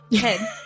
head